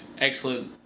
Excellent